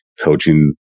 coaching